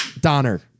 Donner